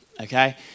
okay